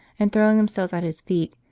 and, throwing themselves at his feet,